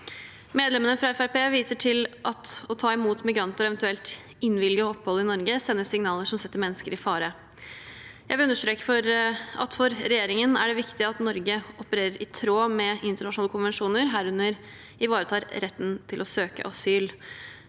Medlemmene fra Fremskrittspartiet viser til at å ta imot migranter og eventuelt innvilge opphold i Norge sender signaler som setter mennesker i fare. Jeg vil understreke at det for regjeringen er viktig at Norge opererer i tråd med internasjonale konvensjoner, herunder ivaretar retten til å søke asyl.